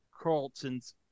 Carlton's